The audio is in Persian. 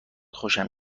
خوشم